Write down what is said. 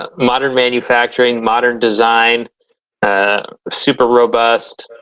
ah modern manufacturing modern design a super robust